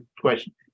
question